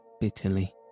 bitterly